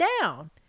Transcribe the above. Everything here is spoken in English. down